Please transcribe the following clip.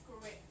Great